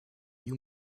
you